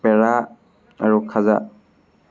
পেৰা আৰু খাজা